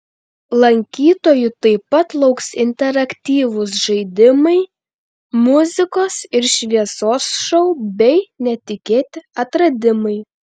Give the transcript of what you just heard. lankytojų taip pat lauks interaktyvūs žaidimai muzikos ir šviesos šou bei netikėti atradimai